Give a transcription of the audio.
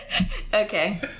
Okay